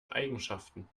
eigenschaften